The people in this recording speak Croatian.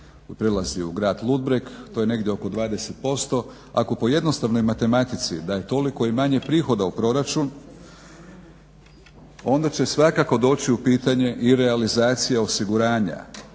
prelazi u grad Ludbreg. To je negdje oko 20%. Ako po jednostavnoj matematici da je toliko i manje prihoda u proračun, onda će svakako doći i u pitanje realizacija osiguranja